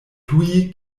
tuj